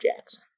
Jackson